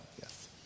Yes